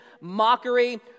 mockery